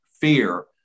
fear